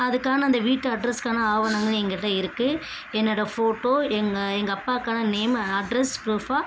அதுக்கான அந்த வீட்டு அட்ரெஸ்க்கான ஆவணமும் எங்கிட்ட இருக்கு என்னோடய ஃபோட்டோ எங்கள் எங்கள் அப்பாக்கான நேம் அட்ரெஸ் ப்ரூஃப்பா